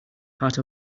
part